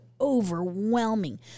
overwhelming